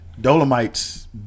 dolomite's